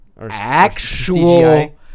Actual